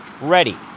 ready